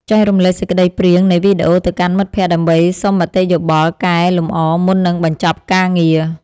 ចែករំលែកសេចក្ដីព្រាងនៃវីដេអូទៅកាន់មិត្តភក្តិដើម្បីសុំមតិយោបល់កែលម្អមុននឹងបញ្ចប់ការងារ។